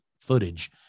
footage